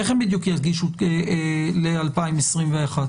איך יגישו ל-2021?